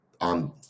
on